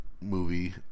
Movie